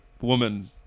woman